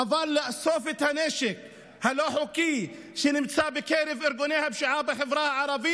אבל לאסוף את הנשק הלא-חוקי שנמצא בקרב ארגוני הפשיעה בחברה הערבית,